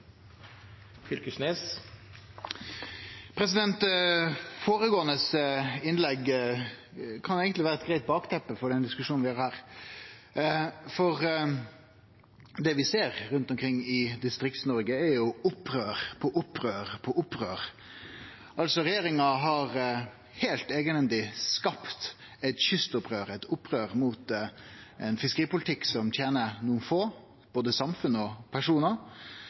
kan eigentleg vere eit greitt bakteppe for den diskusjonen vi har her, for det vi ser rundt omkring i Distrikts-Noreg, er opprør på opprør på opprør. Regjeringa har heilt eigenhendig skapt eit kystopprør, eit opprør mot ein fiskeripolitikk som tener nokre få både samfunn og